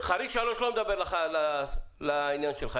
חריג 3 לא מדבר על העניין שלך.